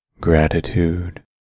Gratitude